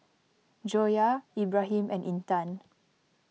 Joyah Ibrahim and Intan